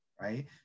right